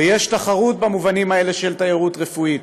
ויש תחרות במובנים האלה של תיירות רפואית,